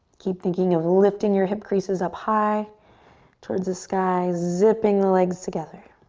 keep thinking of lifting your hip creases up high towards the sky, zipping the legs together.